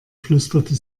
flüsterte